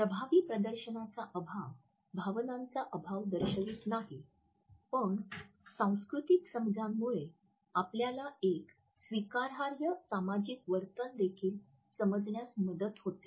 प्रभावी प्रदर्शनाचा अभाव भावनांचा अभाव दर्शवित नाही पण सांस्कृतिक समाजांमुळे आपल्याला एक स्वीकारार्ह सामाजिक वर्तन देखील समजण्यास मदत होते